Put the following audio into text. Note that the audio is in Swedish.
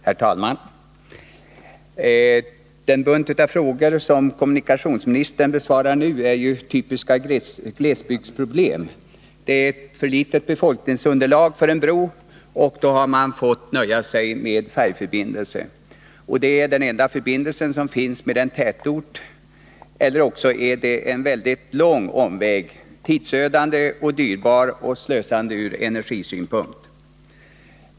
Herr talman! Den bunt av frågor som kommunikationsministern besvarar nu är ju typiska glesbygdsfrågor. Det är för litet befolkningsunderlag för att man skall kunna ha en bro, och därför har man fått nöja sig med färjeförbindelse. Detta är den enda förbindelsen med tätorten eller också är det en mycket lång omväg — tidsödande och dyrbar samt slösaktig från energisynpunkt.